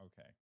Okay